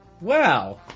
Wow